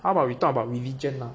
how about we talk about religion lah